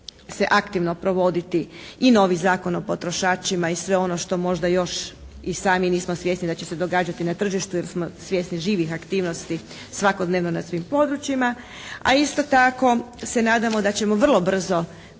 se aktivno provoditi i novi Zakon o potrošačima i sve ono što možda još i sami nismo svjesni da će se događati na tržištu jer smo svjesni živih aktivnosti svakodnevno na svim područjima. A isto tako se nadamo da ćemo vrlo brzo